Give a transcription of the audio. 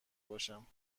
باشم